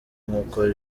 nkuko